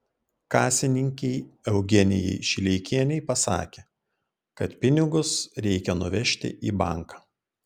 kasininkei eugenijai šileikienei pasakė kad pinigus reikia nuvežti į banką